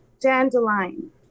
dandelion